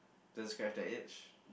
the scratch that age